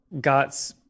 got